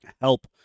help